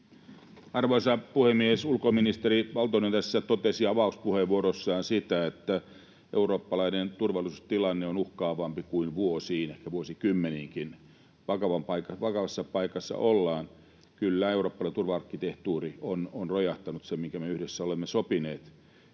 Arvoisa puhemies! Ulkoministeri Valtonen tässä totesi avauspuheenvuorossaan siitä, että eurooppalainen turvallisuustilanne on uhkaavampi kuin vuosiin, ehkä vuosikymmeniinkin. Vakavassa paikassa kyllä ollaan, eurooppalainen turva-arkkitehtuuri on rojahtanut, se, minkä me yhdessä olemme sopineet.